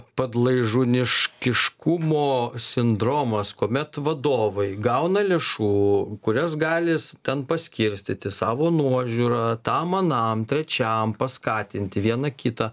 padlaižūniškiškumo sindromas kuomet vadovai gauna lėšų kurias gali jis ten paskirstyti savo nuožiūra tam anam trečiam paskatinti vieną kitą